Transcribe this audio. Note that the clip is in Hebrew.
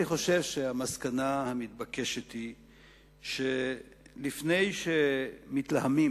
אני חושב שהמסקנה המתבקשת היא שלפני שמתלהמים